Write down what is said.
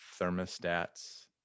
thermostats